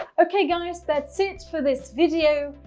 okay, guys. that's it for this video.